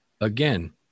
Again